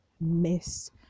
miss